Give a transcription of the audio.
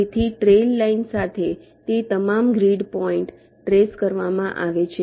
તેથી trail line સાથે તે તમામ ગ્રીડ પોઈન્ટ ટ્રેસ કરવામાં આવે છે